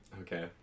Okay